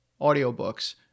audiobooks